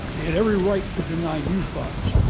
they had every right to deny new funds,